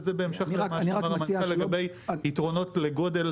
וזה בהמשך למה שאמר המנכ"ל לגבי יתרונות לגודל